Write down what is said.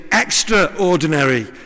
extraordinary